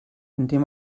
indem